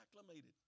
acclimated